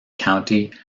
county